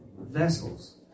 vessels